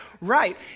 right